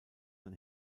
ein